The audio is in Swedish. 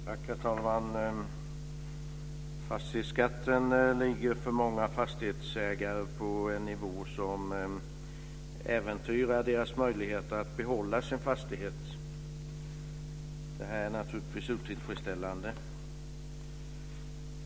Herr talman! Fastighetsskatten ligger för många fastighetsägare på en nivå som äventyrar deras möjligheter att behålla sin fastighet. Detta är naturligtvis otillfredsställande.